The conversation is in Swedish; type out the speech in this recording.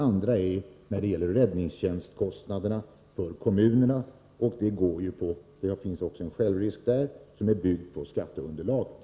Också när det gäller räddningstjänstkostnaderna för kommunerna finns det en självrisk, som i det fallet är byggd på skatteunderlaget.